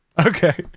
Okay